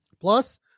Plus